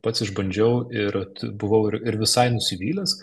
pats išbandžiau ir buvau ir visai nusivylęs